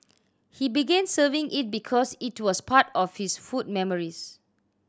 he began serving it because it was part of his food memories